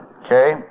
Okay